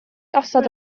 osod